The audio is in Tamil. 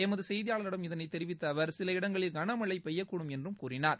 எமது செய்தியாளிடம் இதனைத் தெரிவித்த அவர் சில இடங்களில் கனமழை பெய்யக்கூடும் என்றும் கூறினார்